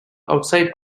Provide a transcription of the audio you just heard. outside